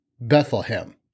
Bethlehem